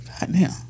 goddamn